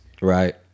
right